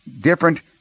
different